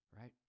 right